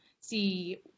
see